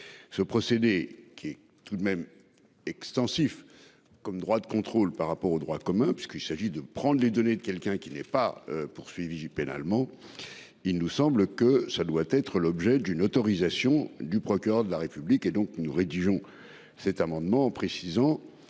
Ce procédé qui est tout de même extensif comme droit de contrôle par rapport au droit commun puisqu'il s'agit de prendre les données de quelqu'un qui n'est pas poursuivi pénalement. Il nous semble que ça doit être l'objet d'une autorisation du procureur de la République et donc nous rédigeons cet amendement, précisant